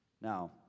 Now